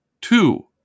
two